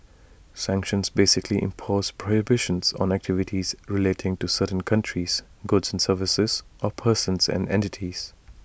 sanctions basically impose prohibitions on activities relating to certain countries goods and services or persons and entities